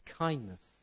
kindness